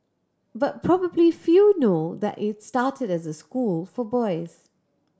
but probably few know that it started as a school for boys